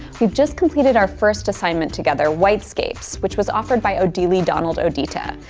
we've just completed our first assignment together, whitescapes, which was offered by odili donald odita.